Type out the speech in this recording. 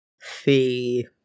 Fee